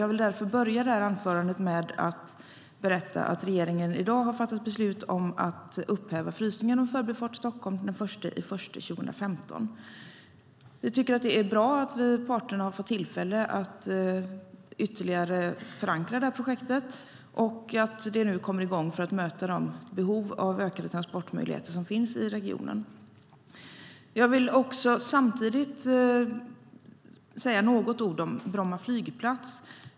Jag vill därför börja detta anförande med att berätta att regeringen i dag har fattat beslut om att upphäva frysningen av Förbifart Stockholm den 1 januari 2015.Jag vill samtidigt säga några ord om Bromma flygplats.